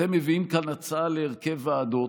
אתם מביאים לכאן הצעה להרכב ועדות,